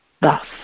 thus